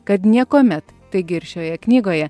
kad niekuomet taigi ir šioje knygoje